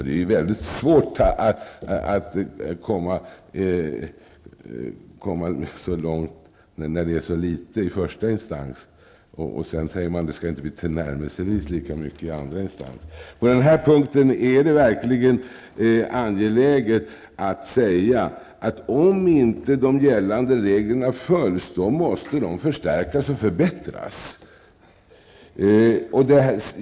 Det är mycket svårt att komma särskilt långt med den inskränkningen när företeelsen är så litet förekommande i första instansen. Att då säga att det inte skall bli tillnärmelsevis lika mycket i andra instansen är märkligt. På den här punkten är det verkligen angeläget att säga att om inte de gällande reglerna följs, måste de förstärkas och förbättras.